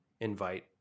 invite